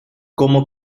como